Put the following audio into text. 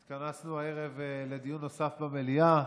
התכנסנו הערב לדיון נוסף במליאה,